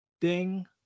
ding